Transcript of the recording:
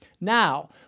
Now